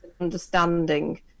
understanding